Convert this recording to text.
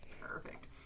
Perfect